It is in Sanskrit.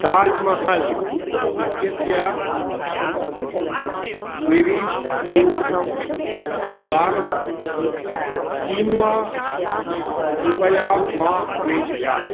ताजमहल् इत्यस्य निरीश् यू ब्लाक् कीन्वा कृपया मा प्रेषय